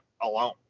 alone